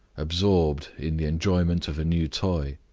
absorbed in the enjoyment of a new toy.